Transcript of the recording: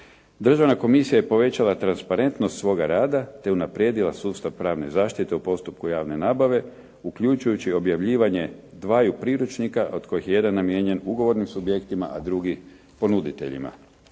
Državna komisija je povećala transparentnost svoga rada te unaprijedila sustav pravne zaštite u postupku javne nabave uključujući i objavljivanje dvaju priručnika od kojih je jedan namijenjen ugovornim subjektima a drugi ponuditeljima.